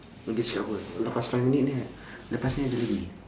dia cakap apa lepas five minute ni lepas ni ada lagi